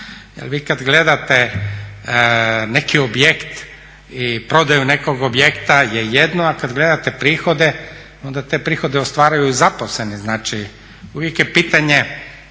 vi kad gledate neki objekt i prodaju nekog objekta je jedno, a kad gledate prihode ona te prihode ostvaruju zaposleni. Znači uvijek je pitanje